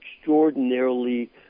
extraordinarily